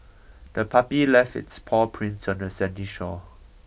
the puppy left its paw prints on the sandy shore